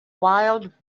wild